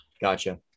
gotcha